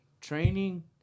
training